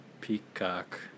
Peacock